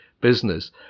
business